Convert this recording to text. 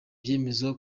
byemezwa